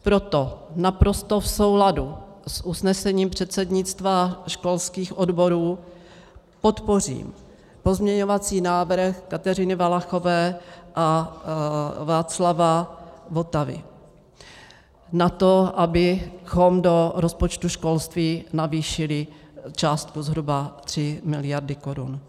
Proto, naprosto v souladu s usnesením předsednictva školských odborů, podpořím pozměňovací návrh Kateřiny Valachové a Václava Votavy na to, abychom do rozpočtu školství navýšili částku zhruba 3 miliardy korun.